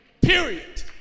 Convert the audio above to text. Period